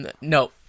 no